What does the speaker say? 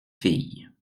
filles